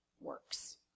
Works